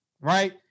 right